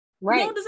right